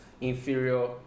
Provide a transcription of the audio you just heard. inferior